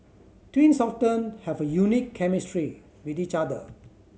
twins often have a unique chemistry with each other